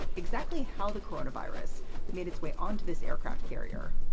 exactly how the corona virus made its way onto this aircraft carrier.